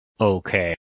Okay